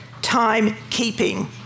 timekeeping